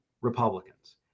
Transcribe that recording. Republicans